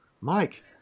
Mike